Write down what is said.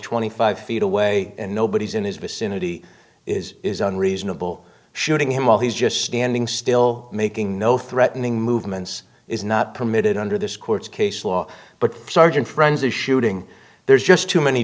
twenty five feet away and nobody's in his vicinity is is unreasonable shooting him while he's just standing still making no threatening movements is not permitted under this court's case law but sergeant friends the shooting there's just too many